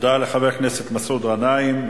תודה לחבר הכנסת מסעוד גנאים.